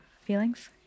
feelings